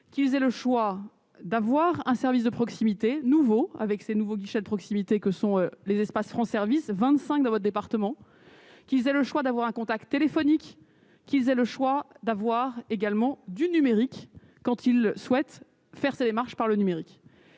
faisait le choix d'avoir un service de proximité nouveau avec ces nouveaux guichets de proximité que sont les espaces France service 25 dans votre département qu'aient le choix d'avoir un contact téléphonique qu'ils aient le choix d'avoir également du numérique quand il souhaite faire sa démarche par le numérique,